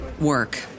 work